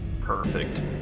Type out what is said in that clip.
perfect